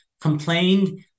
complained